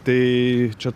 tai čia